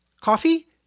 Coffee